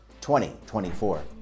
2024